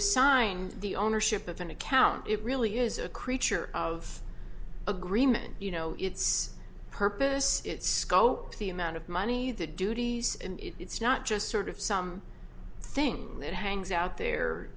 assign the ownership of an account it really is a creature of agreement you know it's purpose it's the amount of money the duties and it's not just sort of some things that hangs out there